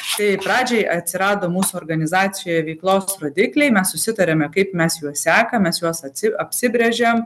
tai pradžiai atsirado mūsų organizacijoje veiklos rodikliai mes susitarėme kaip mes juos sekam mes juos atsi apsibrėžiam